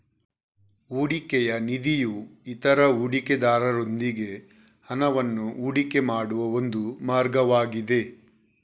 ಹೂಡಿಕೆಯ ನಿಧಿಯು ಇತರ ಹೂಡಿಕೆದಾರರೊಂದಿಗೆ ಹಣವನ್ನ ಹೂಡಿಕೆ ಮಾಡುವ ಒಂದು ಮಾರ್ಗವಾಗಿದೆ